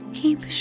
keep